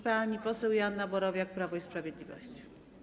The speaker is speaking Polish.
Pani poseł Joanna Borowiak, Prawo i Sprawiedliwość.